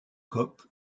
coque